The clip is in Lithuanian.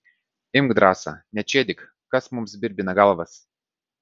imk drąsa nečėdyk kas mums birbina galvas